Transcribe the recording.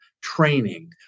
training